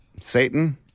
Satan